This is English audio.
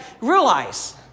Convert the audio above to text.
Realize